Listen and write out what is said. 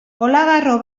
olagarro